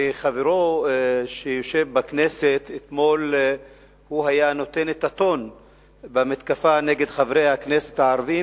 חברו שיושב בכנסת נתן אתמול את הטון במתקפה נגד חברי הכנסת הערבים,